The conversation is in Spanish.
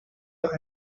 los